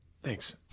Thanks